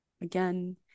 Again